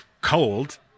cold